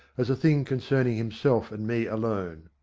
as a thing concerning himself and me alone,